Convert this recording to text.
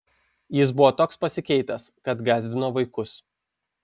jis buvo toks pasikeitęs kad gąsdino vaikus